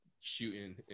shooting